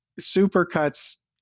Supercuts